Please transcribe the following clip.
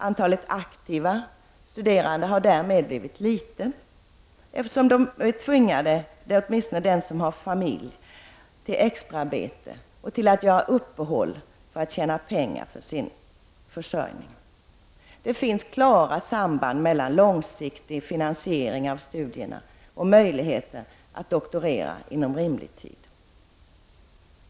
Antalet aktiva studerande har därmed blivit litet, eftersom åtminstone den som har familj tvingas till extraarbete och till att göra studieuppehåll för att förtjäna pengar för sin för sörjning. Det finns klara samband mellan långsiktig finansiering av studierna och möjligheten att doktorera inom rimlig tid.